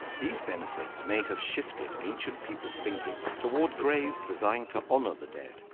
these benefits may have shifted ancient people's thinking toward graves designed to honor the dead,